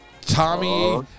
Tommy